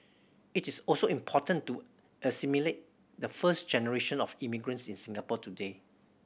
it is also important to assimilate the first generation of immigrants in Singapore today